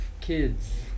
kids